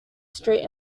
street